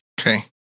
Okay